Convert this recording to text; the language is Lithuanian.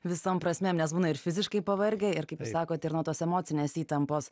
visom prasmėm nes būna ir fiziškai pavargę ir kaip jūs sakot ir nuo tos emocinės įtampos